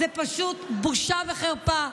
זה פשוט בושה וחרפה.